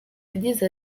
yagize